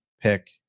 pick